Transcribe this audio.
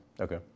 Okay